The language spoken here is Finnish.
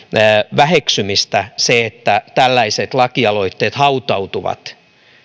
väheksymistä se että tällaiset lakialoitteet hautautuvat